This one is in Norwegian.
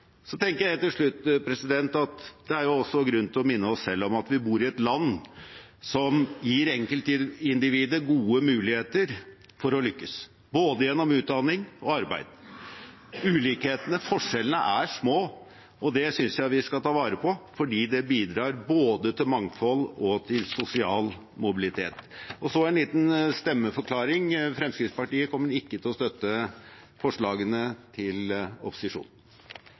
Så tenker jeg helt til slutt at det er grunn til å minne oss selv om at vi bor i et land som gir enkeltindivider gode muligheter for å lykkes – gjennom både utdanning og arbeid. Ulikhetene og forskjellene er små, og det synes jeg vi skal ta vare på fordi det bidrar både til mangfold og til sosial mobilitet. En liten stemmeforklaring: Fremskrittspartiet kommer ikke til å støtte forslagene fra opposisjonen. Jeg hadde nesten lyst til